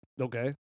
Okay